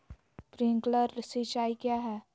Sprinkler सिंचाई क्या है?